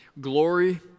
Glory